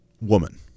woman